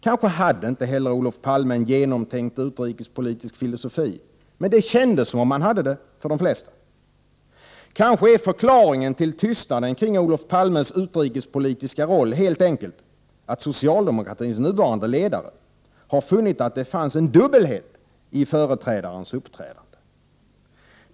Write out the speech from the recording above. Kanske hade inte heller Olof Palme en genomtänkt utrikespolitisk filosofi. Men det kändes för de flesta som om han hade det. Kanske är förklaringen till tystnaden kring Olof Palmes utrikespolitiska roll helt enkelt att socialdemokratins nuvarande ledare har funnit att det fanns en dubbelhet i företrädarens uppträdande.